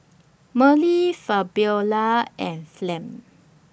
Marley Fabiola and Flem